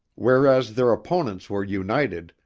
whereas their opponents were united,